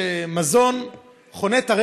אנחנו עוברים להצעת חוק לתיקון פקודת